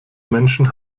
menschen